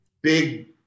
Big